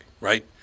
Right